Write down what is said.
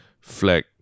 flag